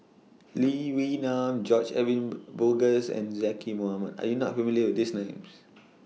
Lee Wee Nam George Edwin Bogaars and Zaqy Mohamad Are YOU not familiar with These Names